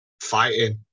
Fighting